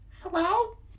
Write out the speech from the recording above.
hello